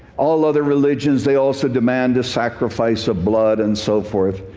all other religions they also demand a sacrifice of blood, and so forth.